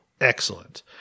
excellent